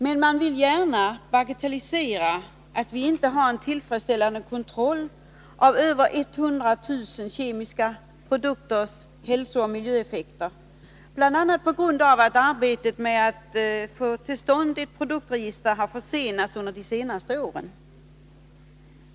Men man vill gärna bagatellisera att vi inte har en tillfredsställande kontroll av över 100 000 kemiska produkters hälsooch miljöeffekter, bl.a. på grund av att arbetet med ett produktregister har försenats under de senaste åren.